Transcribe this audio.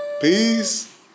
peace